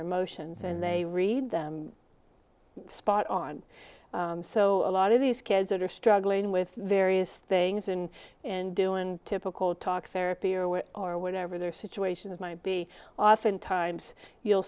emotions and they read them spot on so a lot of these kids that are struggling with various things and in doing typical talk therapy or were or whatever their situations might be oftentimes you'll